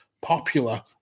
popular